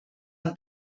and